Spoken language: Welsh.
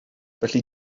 felly